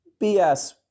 BS